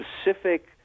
specific